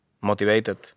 motivated